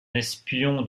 espion